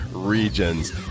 Regions